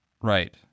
Right